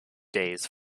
days